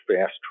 fast